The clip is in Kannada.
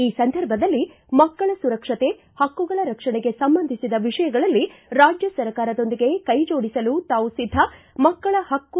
ಈ ಸಂದರ್ಭದಲ್ಲಿ ಮಕ್ಕಳ ಸುರಕ್ಷತೆ ಹಕ್ಕುಗಳ ರಕ್ಷಣೆಗೆ ಸಂಬಂಧಿಸಿದ ವಿಷಯಗಳಲ್ಲಿ ರಾಜ್ಯ ಸರ್ಕಾರದೊಂದಿಗೆ ಕೈಜೋಡಿಸಲು ತಾವು ಿದ್ದ ಮಕ್ಕಳ ಹಕ್ಕು